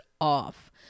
off